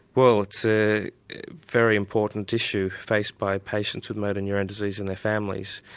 well it's a very important issue faced by patients with motor neurone disease and their families.